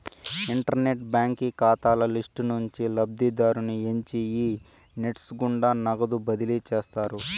internet బాంకీ కాతాల list నుంచి లబ్ధిదారుని ఎంచి ఈ నెస్ట్ గుండా నగదు బదిలీ చేస్తారు